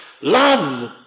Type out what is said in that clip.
Love